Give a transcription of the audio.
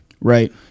Right